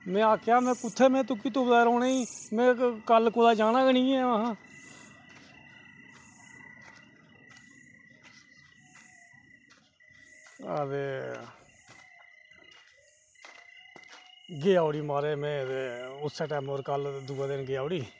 में आक्खेआ में कुत्थें तुगी तुप्पदे रौह्ना ई में ते कल्ल कुदै जाना निं ऐ महां ते गेआ उठी म्हाराज में दूए दिन उस्सै टैमें पर गेआ उठी